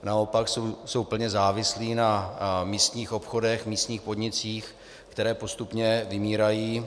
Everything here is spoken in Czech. Naopak jsou plně závislí na místních obchodech, na místních podnicích, které postupně vymírají.